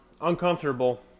uncomfortable